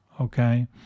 okay